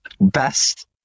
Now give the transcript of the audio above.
best